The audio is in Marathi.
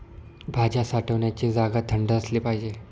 भाज्या साठवण्याची जागा थंड असली पाहिजे